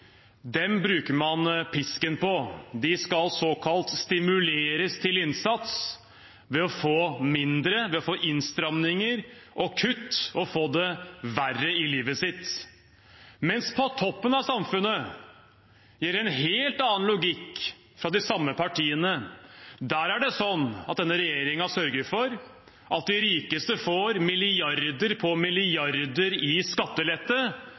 bruker man pisken på. De skal såkalt stimuleres til innsats ved å få mindre, ved å få innstramminger og kutt og få det verre i livet sitt, mens på toppen av samfunnet gjelder en helt annen logikk fra de samme partiene. Der sørger denne regjeringen for at de rikeste får milliarder på milliarder i skattelette